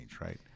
right